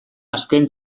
azken